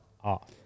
off